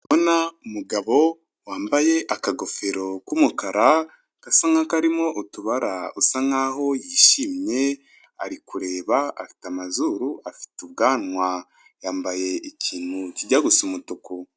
Ndabona umugabo wambaye akagofero k'umukara gasa nka karimo utubara usa nkaho yishimye, ari kureba afite amazuru, afite ubwanwa yambaye ikintu kijya gusa umutuku.